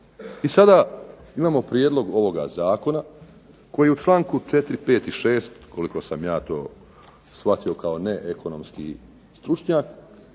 I sada imamo prijedlog ovoga zakona koji u čl. 4., 5. i 6., koliko sam ja to shvatio kao neekonomski stručnjak,